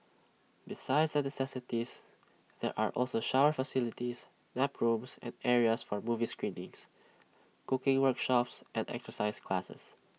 besides the necessities there are also shower facilities nap rooms and areas for movie screenings cooking workshops and exercise classes